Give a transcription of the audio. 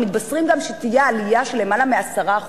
מתבשרים גם שתהיה עלייה של למעלה מ-10%